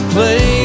Play